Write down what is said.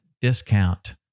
discount